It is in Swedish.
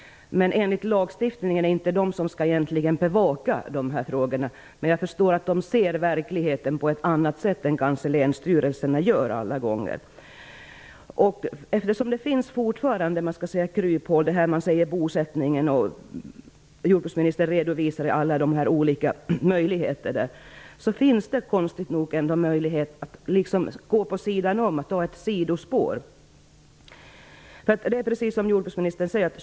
Enligt lagstiftningen är det inte de som egentligen skall bevaka frågorna, men jag förstår att de ser verkligheten på att annat sätt än vad kanske länsstyrelserna gör alla gånger. Jordbruksministern redovisade alla de olika bestämmelserna när det gäller bosättning. Det finns ändå konstigt nog möjlighet att gå vid sidan om och ta ett sidospår. Det är precis som jordbruksministern säger.